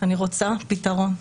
אני רוצה פתרון,